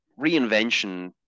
reinvention